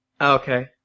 Okay